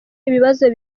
ibibazo